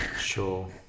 Sure